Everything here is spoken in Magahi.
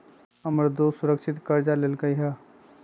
हमर दोस सुरक्षित करजा लेलकै ह